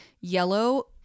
yellow